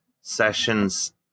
sessions